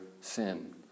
sin